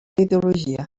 ideologia